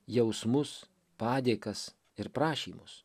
jausmus padėkas ir prašymus